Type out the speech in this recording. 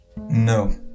No